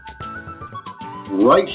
right